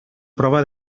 prova